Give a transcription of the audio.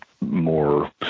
more